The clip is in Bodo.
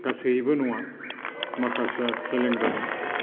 गासैबो नङा माखासेया फेलें जादों